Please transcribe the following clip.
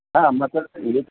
हां मतं